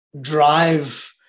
drive